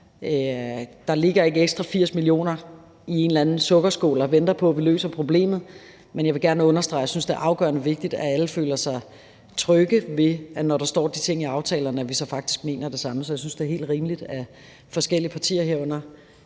med, at der ikke ligger 80 mio. kr. ekstra i en sukkerskål og venter på, at vi løser problemet. Men jeg vil gerne understrege, at jeg synes, det er afgørende vigtigt, at alle føler sig trygge ved, når der står de ting i aftalerne, at vi så faktisk mener det samme. Så jeg synes, det er helt rimeligt, at forskellige partier, herunder